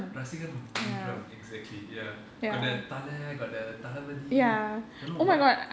rasikar mandram mandram exactly ya got the Thala got the Thalapathy don't know what